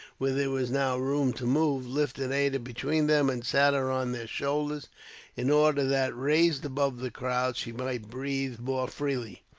where there was now room to move, lifted ada between them, and sat her on their shoulders in order that, raised above the crowd, she might breathe more freely.